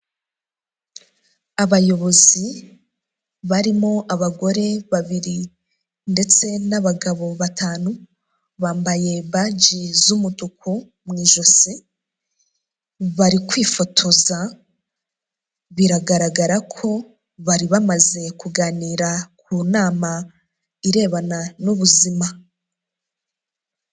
Abayobozi barimo abagore babiri ndetse n'abagabo batanu, bambaye baji z'umutuku mu ijosi bari kwifotoza biragaragara ko bari bamaze kuganira ku nama irebana n'ubuzima.